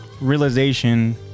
realization